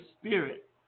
spirit